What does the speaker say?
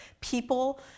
people